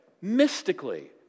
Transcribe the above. mystically